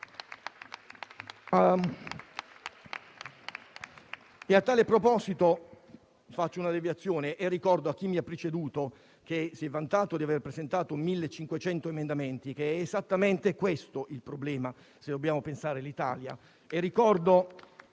A tale proposito, faccio una digressione e ricordo a chi mi ha preceduto che si è vantato di aver presentato 1.500 emendamenti, che è esattamente questo il problema, se dobbiamo pensare all'Italia.